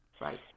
Right